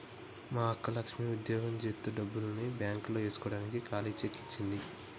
మా అక్క లక్ష్మి ఉద్యోగం జేత్తు డబ్బుల్ని బాంక్ లో ఏస్కోడానికి కాలీ సెక్కు ఇచ్చింది